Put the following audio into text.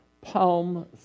Palm